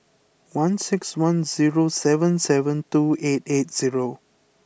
one six one zero seven seven two eight eight zero